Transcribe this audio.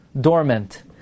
dormant